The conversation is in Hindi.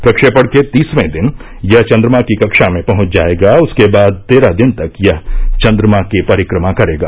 प्रक्षेपण के तीसवें दिन यह चंद्रमा की कक्षा में पहंच जाएगा उसके बाद तेरह दिन तक यह चंद्रमा की परिक्रमा करेगा